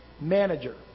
manager